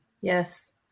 yes